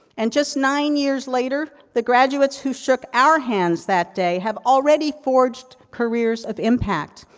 and, just nine years later, the graduates who shook our hands that day, have already forged careers of impact.